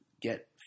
get